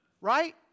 Right